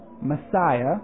Messiah